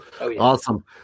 awesome